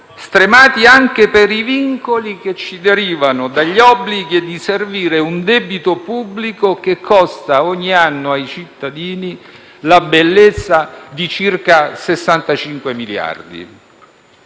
stremati anche per i vincoli che ci derivano dagli obblighi di servire un debito pubblico che costa ogni anno ai cittadini la bellezza di circa 65 miliardi.